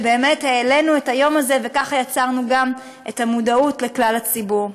באמת העלינו את היום הזה וכך יצרנו מודעות לכלל הציבור.